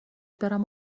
برم